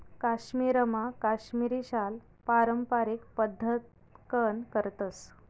काश्मीरमा काश्मिरी शाल पारम्पारिक पद्धतकन करतस